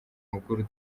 mukuru